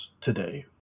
today